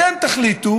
אתם תחליטו